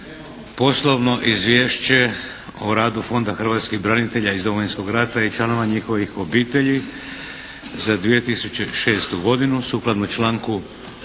Poslovno izvješće o radu Fonda hrvatskih branitelja iz Domovinskog rata i članova njihovih obitelji za 2006. godinu – predlagatelj